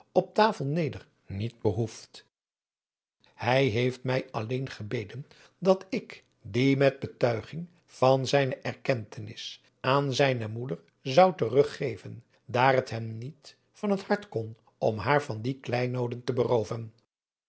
op tasel neder niet behoeft hij heest mij alleen gebeden dat ik die met betuiging van zijne erkentenis aan zijne moeder zou teruggeven daar het hem niet van het hart kon om haar van die kleinooden te berooven